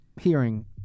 hearing